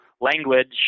language